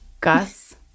Gus